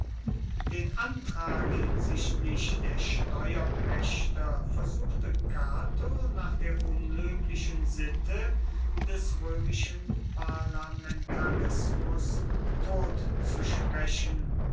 den antrag hinsichtlich der steuerpächter versuchte cato nach der unlöblichen sitte des römischen parlamentarismus totzusprechen